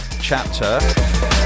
chapter